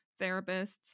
therapists